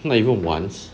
not even once